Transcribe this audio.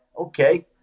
okay